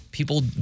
People